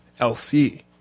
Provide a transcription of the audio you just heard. LC